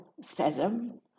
spasm